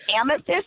amethyst